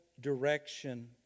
direction